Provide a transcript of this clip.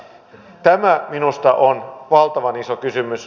tämä minusta on valtavan iso kysymys